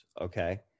okay